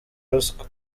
ruswa